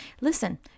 listen